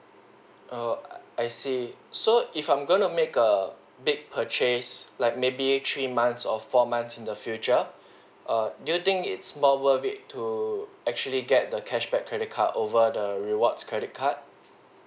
oo I see so if I'm gonna make a big purchase like maybe three months or four months in the future err do you think it's more worth it to actually get the cashback credit card over the rewards credit card